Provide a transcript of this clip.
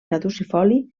caducifoli